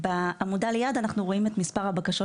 בעמודה ליד אנחנו רואים את מספר הבקשות